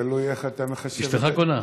אשתך קונה?